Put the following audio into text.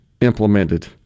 Implemented